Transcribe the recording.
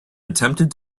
attempted